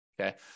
Okay